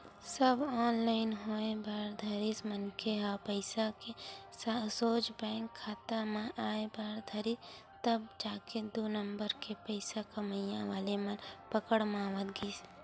सब online होय बर धरिस मनखे के पइसा सोझ बेंक खाता म आय बर धरिस तब जाके दू नंबर के पइसा कमइया वाले मन पकड़ म आवत गिस